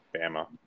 Bama